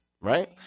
right